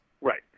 Right